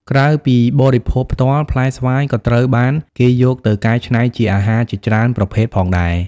ក្រៅពីបរិភោគផ្ទាល់ ផ្លែស្វាយក៏ត្រូវបានគេយកទៅកែច្នៃជាអាហារជាច្រើនប្រភេទផងដែរ។